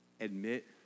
admit